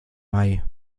mai